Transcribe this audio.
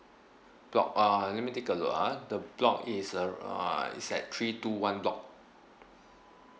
block uh let me take a look ah the block is uh uh is at three two one block